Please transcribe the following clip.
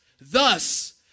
thus